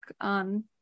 on